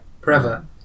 Forever